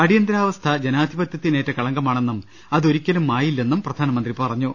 അടിയന്തരാവസ്ഥ ജനാധിപത്യത്തിനേറ്റ കളങ്കമാണെന്നും അതൊരിക്കലും മായി ല്ലെന്നും പ്രധാനമന്ത്രി പറഞ്ഞു